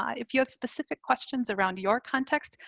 um if you have specific questions around your context,